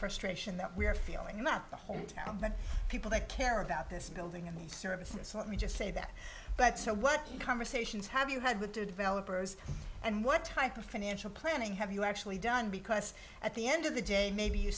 frustration that we're feeling not the whole town but people that care about this building and the services so let me just say that but so what conversations have you had with developers and what type of financial planning have you actually done because at the end of the day maybe you